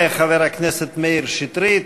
תודה לחבר הכנסת מאיר שטרית.